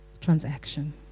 transaction